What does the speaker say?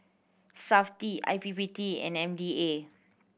Safti I P P T and M D A